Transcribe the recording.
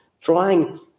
trying